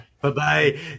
bye-bye